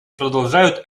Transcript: продолжают